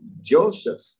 Joseph